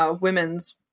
women's